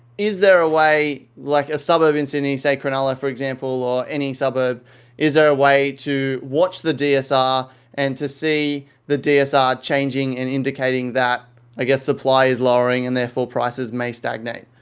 is there a way like a suburb in sydney, say, cronulla, for example, or any suburb is there a way to watch the dsr and to see the dsr changing and indicating that ah supply is lowering and, therefore, prices may stagnate?